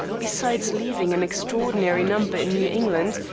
besides leaving an extraordinary number in new england,